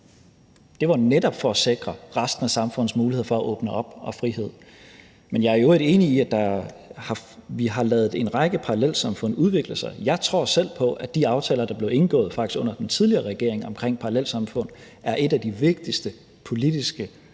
Det var jo netop for at sikre resten af samfundets mulighed for at åbne op og sikre frihed. Men jeg er i øvrigt enig i, at vi har ladet en række parallelsamfund udvikle sig. Jeg tror selv på, at de aftaler, der blev indgået, faktisk under den tidligere regering, omkring parallelsamfund, er en af de vigtigste politiske